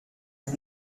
los